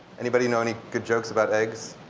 anybody know any good jokes about eggs?